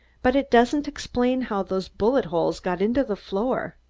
but it doesn't explain how those bullet holes got into the floor.